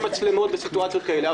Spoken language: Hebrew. מצלמות בסיטואציות כאלה.